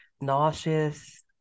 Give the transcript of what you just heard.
nauseous